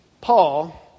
Paul